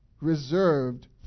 reserved